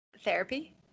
therapy